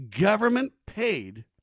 government-paid